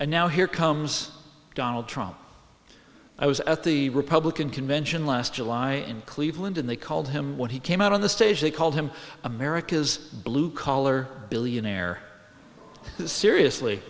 and now here comes donald trump i was at the republican convention last july in cleveland and they called him when he came out on the stage they called him america's blue collar billionaire seriously